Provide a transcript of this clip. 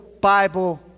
Bible